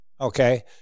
okay